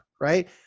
right